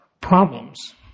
problems